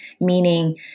meaning